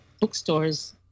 bookstores